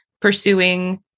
pursuing